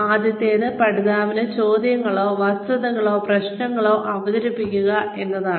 ആദ്യത്തേത് പഠിതാവിന് ചോദ്യങ്ങളോ വസ്തുതകളോ പ്രശ്നങ്ങളോ അവതരിപ്പിക്കുക എന്നതാണ്